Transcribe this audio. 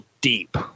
deep